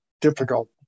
difficult